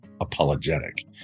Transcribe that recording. apologetic